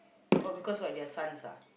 what because why they are sons ah